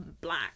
black